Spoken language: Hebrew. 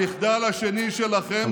המחדל השני שלכם, חיסונים.